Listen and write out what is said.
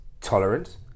tolerant